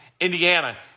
Indiana